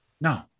No